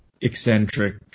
eccentric